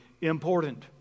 important